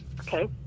Okay